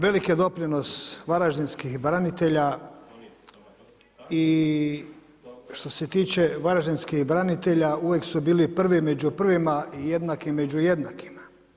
Velik je doprinos varaždinskih branitelja i što se tiče varaždinskih branitelja uvijek su bili prvi među prvima i jednaki među jednakima.